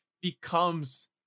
becomes